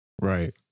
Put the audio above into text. Right